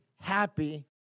happy